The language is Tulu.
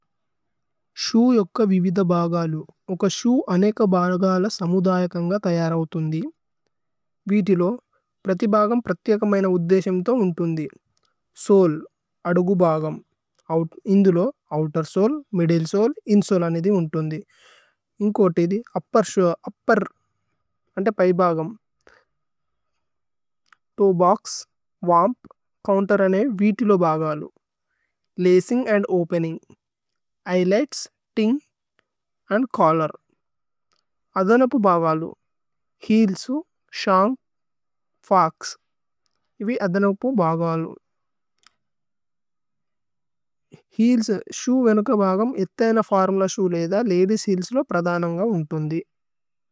ശൂ യുക്ക വിവിദ ബഗലു। യുക്ക ശൂ അനേക് ബാലഗല സമുദയകന്ഗ തയരവ്ഥുന്ദി। വിതി ലോ പ്രതി ബഗമ് പ്രഥിയകമയന ഉദ്ദേസേമ്തോ ഉന്ദുന്ദി। സോല്, അദുഗു ബഗമ്। ഇന്ദു ലോ outer sole, middle sole, insole നിദി ഉന്ദുന്ദി। യുന്കോതിദി, ഉപ്പേര്, ഉപ്പേര്, അന്ദ്തേ പയി ബഗമ്। തോഏ ബോക്സ്, വര്പ്, ചോഉന്തേരനൈദ്, വിതി ലോ ബഗലു। Lacing and opening.